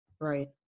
Right